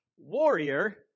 warrior